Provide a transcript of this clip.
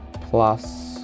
plus